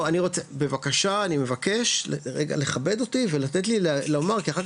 בבקשה אני מבקש רגע לכבד אותי ולתת לי לומר כי אחר